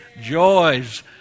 joys